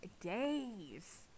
days